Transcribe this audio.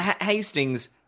Hastings